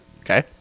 Okay